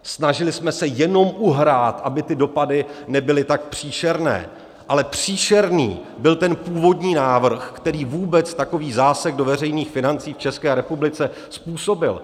Snažili jsme se jenom uhrát, aby ty dopady nebyly tak příšerné, ale příšerný byl ten původní návrh, který vůbec takový zásek do veřejných financí v České republice způsobil.